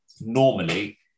normally